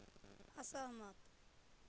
असहमत